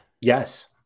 Yes